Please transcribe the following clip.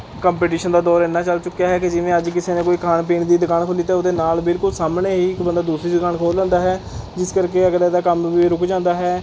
competition ਦਾ ਦੌਰ ਇੰਨਾ ਚੱਲ ਚੁੱਕਿਆ ਹੈ ਕਿ ਜਿਵੇਂ ਅੱਜ ਕਿਸੇ ਨੇ ਕੋਈ ਖਾਣ ਪੀਣ ਦੀ ਦੁਕਾਨ ਖੋਲ੍ਹੀ ਤਾਂ ਉਹਦੇ ਨਾਲ ਬਿਲਕੁਲ ਸਾਹਮਣੇ ਹੀ ਇੱਕ ਬੰਦਾ ਦੂਸਰੀ ਦੁਕਾਨ ਖੋਲ੍ਹ ਲੈਂਦਾ ਹੈ ਜਿਸ ਕਰਕੇ ਅਗਲੇ ਦਾ ਕੰਮ ਵੀ ਰੁਕ ਜਾਂਦਾ ਹੈ